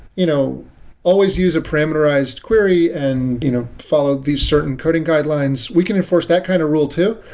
you know always use a parameterized query and you know follow these certain coding guidelines. we can enforce that kind of rule too,